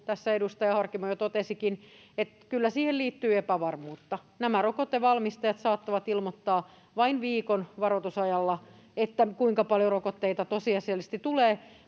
edustaja Harkimo jo totesikin, että kyllä siihen liittyy epävarmuutta. Nämä rokotevalmistajat saattavat ilmoittaa vain viikon varoitusajalla, kuinka paljon rokotteita tosiasiallisesti tulee,